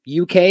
UK